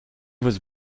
was